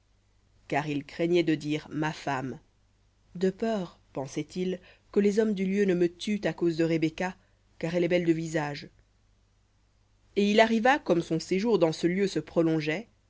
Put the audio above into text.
car il craignait de dire ma femme de peur que les hommes du lieu ne me tuent à cause de rebecca car elle est belle de visage v ou et il arriva comme son séjour dans ce se prolongeait